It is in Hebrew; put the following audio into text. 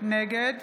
נגד